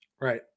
right